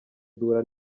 duhura